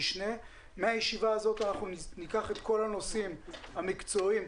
מישיבה זו ניקח את כל הנושאים המקצועיים,